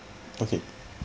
okay